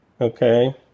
okay